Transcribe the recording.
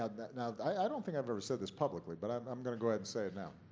ah now, i don't think i've ever said this publicly, but i'm i'm going to go ahead and say it now.